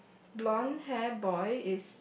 blond hair boy is